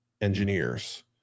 engineers